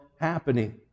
happening